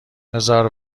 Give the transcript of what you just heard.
بزار